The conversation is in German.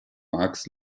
max